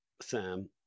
Sam